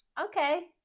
Okay